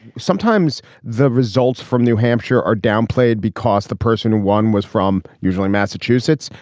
sometimes the results from new hampshire are downplayed because the person who won was from usually massachusetts.